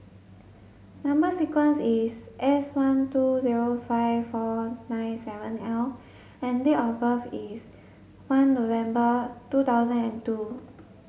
number sequence is S one two zero five four nine seven L and date of birth is one November two thousand and two